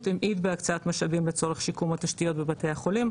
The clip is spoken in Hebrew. המעיט בהקצאת משאבים לצורך שיקום התשתיות בבתי החולים,